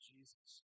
Jesus